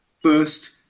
First